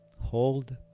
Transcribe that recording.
hold